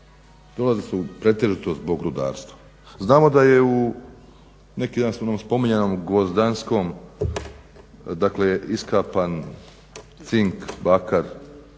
Dolazili su pretežito zbog rudarstva. Znamo da je u, neki dan smo u onom spominjanom gvozdanskom, dakle iskapan cink, bakar,